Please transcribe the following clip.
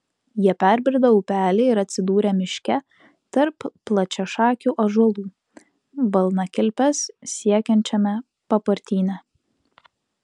jie perbrido upelį ir atsidūrė miške tarp plačiašakių ąžuolų balnakilpes siekiančiame papartyne